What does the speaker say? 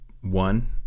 one